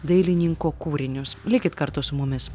dailininko kūrinius likit kartu su mumis